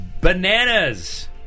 Bananas